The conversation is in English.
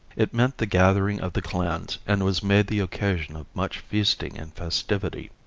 it meant the gathering of the clans and was made the occasion of much feasting and festivity.